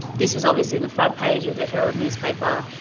this was obviously in the front page of the herald newspaper.